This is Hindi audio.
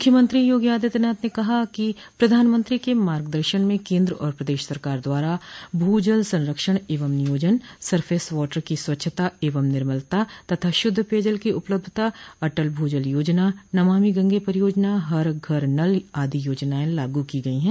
मुख्यमंत्री योगी आदित्यनाथ ने कहा कि प्रधानमत्री के मार्गदर्शन में केन्द्र और प्रदेश सरकार द्वारा भू जल संरक्षण एवं नियोजन सरफेस वॉटर की स्वच्छता एवं निर्मलता तथा शुद्ध पेयजल की उपलब्धता अटल भू जल योजना नमामि गंगे परियोजना हर घर नल आदि योजनाएं लागू की गई है